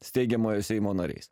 steigiamojo seimo nariais